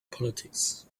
politics